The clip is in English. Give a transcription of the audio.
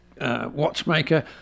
Watchmaker